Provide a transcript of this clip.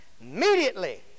Immediately